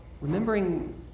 remembering